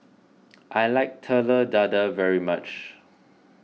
I like Telur Dadah very much